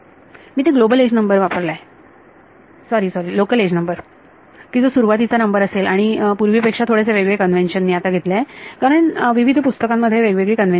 मी ते global edge number वापरलाय sorry local edge number की जो सुरूवातीचा नंबर असेल आणि पूर्वीपेक्षा थोडेसे वेगळे कन्व्हेन्शन मी आत्ता घेतले आहे कारण विविध पुस्तकांमध्ये वेगवेगळी कन्वेंशन आहेत